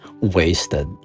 wasted